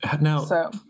now